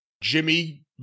Jimmy